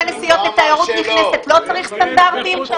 וסוכן נסיעות לתיירות נכנסת לא צריך סטנדרטים?